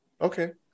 Okay